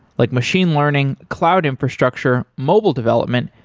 like machine learning, cloud infrastructure, mobile development,